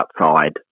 outside